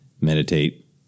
meditate